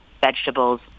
vegetables